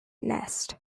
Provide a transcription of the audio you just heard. nest